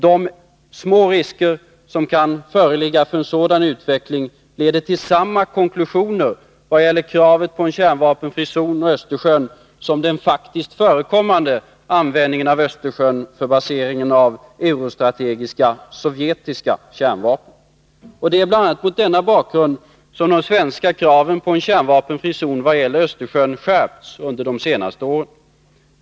De små risker som kan föreligga för en sådan utveckling leder till samma konklusioner vad gäller kravet på en kärnvapenfri zon och vad gäller Östersjön som den faktiskt förekommande använd Det är bl.a. mot denna bakgrund som de svenska kraven på en kärnvapenfri zon vad gäller Östersjön skärpts under de senaste åren.